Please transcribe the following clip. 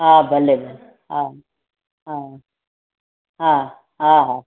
हा भले भले हा हा हा हा हा